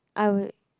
I would